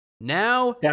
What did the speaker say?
Now